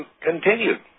continued